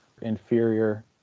inferior